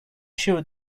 sure